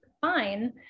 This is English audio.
fine